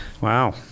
wow